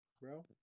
bro